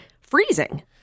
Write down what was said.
freezing